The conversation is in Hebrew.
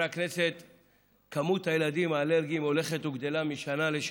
החינוך שהחוק יקודם בשלב זה בקריאה טרומית ויצא חוזר מנכ"ל,